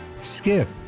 skip